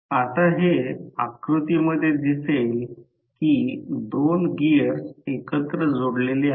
आता हे आकृतीमध्ये दिसेल की दोन गिअर्स एकत्र जोडलेले आहेत